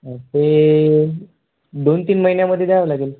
ते दोनतीन महिन्यामध्ये द्यावं लागेल